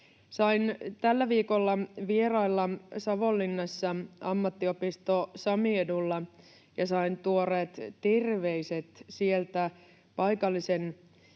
Sain tällä viikolla vierailla Savonlinnassa Ammattiopisto Samiedulla ja sain tuoreet terveiset sieltä, paikalliset